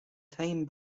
time